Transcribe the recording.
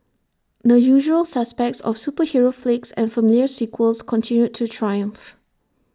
the usual suspects of superhero flicks and familiar sequels continued to triumph